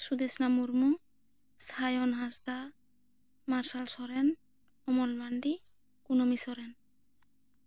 Sudesona Murmu Sayon Hansda Marshal Soren Omon Mansi ᱠᱩᱱᱟ ᱢᱤ ᱥᱚᱨᱮᱱ